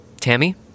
Tammy